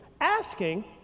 asking